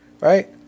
Right